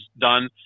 done